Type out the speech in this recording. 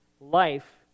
life